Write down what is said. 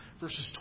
verses